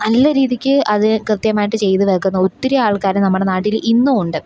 നല്ല രീതിയ്ക്ക് അത് കൃത്യമായിട്ട് ചെയ്ത് വെക്കുന്ന ഒത്തിരി ആൾക്കാർ നമ്മുടെ നാട്ടിൽ ഇന്നുമുണ്ട്